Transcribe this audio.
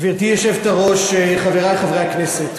גברתי היושבת-ראש, חברי חברי הכנסת,